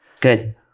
Good